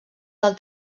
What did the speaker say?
del